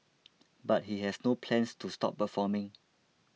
but he has no plans to stop performing